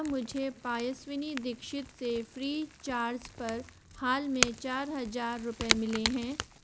क्या मुझे पायस्विनी दीक्षित से फ़्रीचार्ज पर हाल में चार हज़ार रुपये मिले हैं